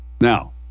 Now